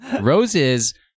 Roses